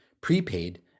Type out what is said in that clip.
prepaid